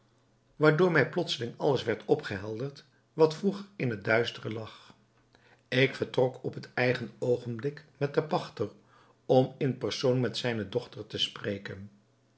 waardoor mij plotseling alles werd opgehelderd wat vroeger in het duistere lag ik vertrok op het eigen oogenblik met den pachter om in persoon met zijne dochter te spreken